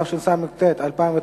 התשס"ט 2009,